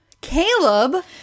Caleb